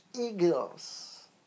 eagles